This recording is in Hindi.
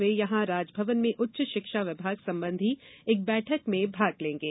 वे यहां राजभवन में उच्च शिक्षा विभाग संबंधी एक बैठक में भाग लेंगे